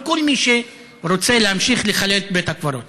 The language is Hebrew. כל מי שרוצה להמשיך לחלל את בית הקברות.